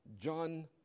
John